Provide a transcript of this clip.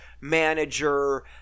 manager